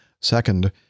Second